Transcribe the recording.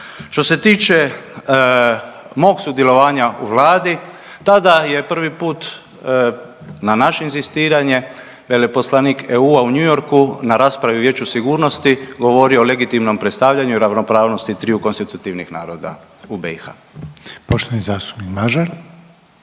Što se tiče mog sudjelovanja u vladi, tada je prvi put na naše inzistiranje veleposlanik EU-a u New Yorku na raspravi Vijeća sigurnosti govorio o legitimnom pristavljanju i ravnopravnosti triju konstitutivnih naroda u BiH. **Reiner,